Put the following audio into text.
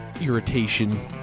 irritation